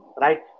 Right